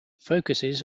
focuses